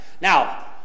Now